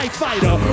fighter